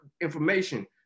information